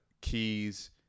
Keys